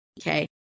okay